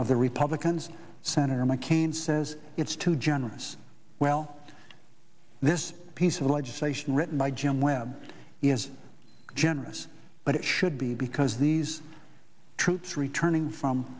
of the republicans senator mccain says it's too generous well this piece of legislation written by jim webb is generous but it should be because these troops returning from